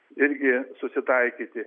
irgi susitaikyti